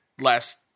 last